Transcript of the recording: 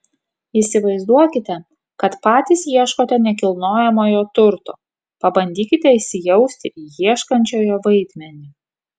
įsivaizduokite kad patys ieškote nekilnojamojo turto pabandykite įsijausti į ieškančiojo vaidmenį